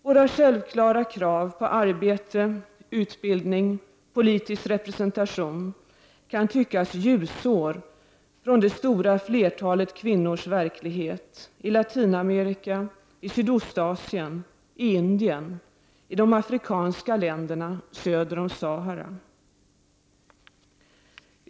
Våra självklara krav på arbete, utbildning och politisk representation kan tyckas ljusår från det stora flertalet kvinnors verklighet i Latinamerika, i Sydostasien, i Indien, i de afrikanska länderna söder om Sahara.